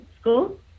school